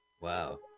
Wow